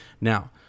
Now